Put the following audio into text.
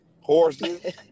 horses